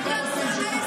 תוציאו את חברת הכנסת סגמן.